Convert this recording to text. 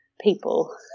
people